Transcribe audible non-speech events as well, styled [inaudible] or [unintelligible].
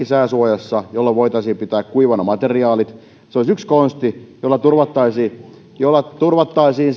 [unintelligible] sääsuojassa jolloin voitaisiin pitää kuivana materiaalit se olisi yksi konsti jolla turvattaisiin jolla turvattaisiin [unintelligible]